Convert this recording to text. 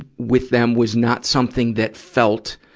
with them was not something that felt,